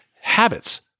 habits